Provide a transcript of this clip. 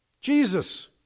Jesus